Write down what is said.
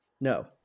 No